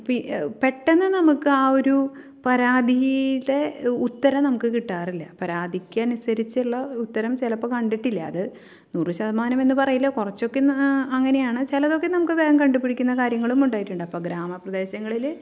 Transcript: P പെട്ടെന്നു നമുക്കാ ഒരു പരാതിയുടെ ഉത്തരം നമുക്ക് കിട്ടാറില്ല പരാതിക്കനുസരിച്ചുള്ള ഉത്തരം ചിലപ്പോൾ കണ്ടിട്ടില്ല അത് ഒരു ശതമാനം എന്നു പറയില്ല കുറച്ചൊക്കെ അങ്ങനെയാണ് ചിലതൊക്കെ നമുക്ക് വേം കണ്ടുപിടിക്കുന്ന കാര്യങ്ങളും ഉണ്ടായിട്ടുണ്ട് അപ്പോൾ ഗ്രാമപ്രദേശങ്ങളിൽ